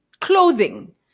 clothing